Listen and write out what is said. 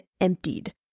emptied